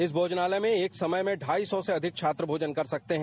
इस भोजनालय में एक समय में ढ़ाई सौ से अधिक छात्र भोजन कर सकते हैं